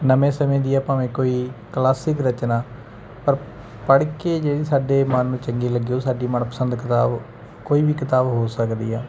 ਨਵੇਂ ਸਮੇਂ ਦੀ ਆ ਭਾਵੇਂ ਕੋਈ ਕਲਾਸਿਕ ਰਚਨਾ ਪਰ ਪੜ੍ਹ ਕੇ ਜਿਹੜੀ ਸਾਡੇ ਮਨ ਨੂੰ ਚੰਗੀ ਲੱਗੇ ਉਹ ਸਾਡੀ ਮਨਪਸੰਦ ਕਿਤਾਬ ਕੋਈ ਵੀ ਕਿਤਾਬ ਹੋ ਸਕਦੀ ਆ